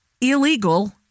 illegal